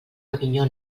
avinyó